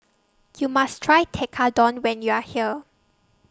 YOU must Try Tekkadon when YOU Are here